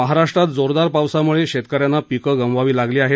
महाराष्ट्रात जोरदार पावसामुळे शेतकऱ्यांना पीकं गमवावी लागली आहेत